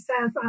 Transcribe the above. says